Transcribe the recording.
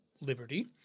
liberty